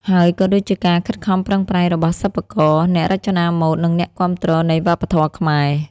ហើយក៏ដូចជាការខិតខំប្រឹងប្រែងរបស់សិប្បករ អ្នករចនាម៉ូដ និងអ្នកគាំទ្រនៃវប្បធម៌ខ្មែរ។